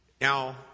now